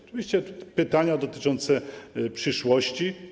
Oczywiście były pytania dotyczące przyszłości.